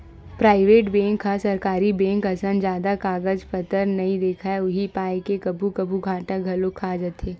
private bank ह सरकारी bank असन जादा कागज पतर नइ देखय उही पाय के कभू कभू घाटा घलोक खा जाथे